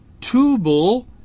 Tubal